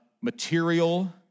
material